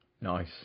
Nice